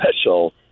special